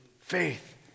faith